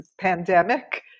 pandemic